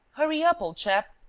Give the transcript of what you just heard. hurry up, old chap.